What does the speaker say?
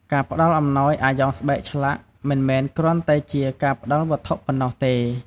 ការផ្តល់អំណោយអាយ៉ងស្បែកឆ្លាក់ មិនមែនគ្រាន់តែជាការផ្តល់វត្ថុប៉ុណ្ណោះទេ។